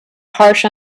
harsh